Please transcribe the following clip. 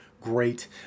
great